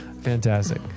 Fantastic